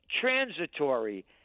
transitory